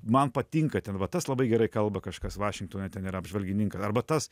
man patinka ten va tas labai gerai kalba kažkas vašingtone ten yra apžvalgininkai arba tas